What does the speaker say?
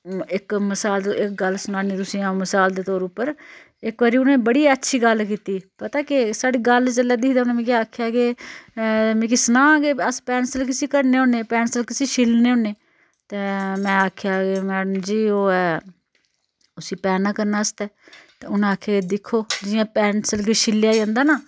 इक मसाल इक गल्ल सनानी तुसें आ'ऊं मसाल दे तौर उप्पर इक बारी उ'नें बड़ी अच्छी गल्ल कीती पता केह् साढ़ी गल्ल चला दी ही ते उ'नें मिकी आखेआ के मिकी सनां के अस पैंसल किसी कड़ने होन्नें जां किसी छिलने होन्ने ते में आखेआ मैडम जी ओह् ऐ उसी पैना करने आस्तै ते उनें आखेआ एह् दिक्खो जियां पैंसल गी छिल्लेआ जंदा ना